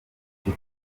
icyo